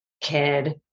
kid